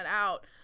out